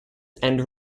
and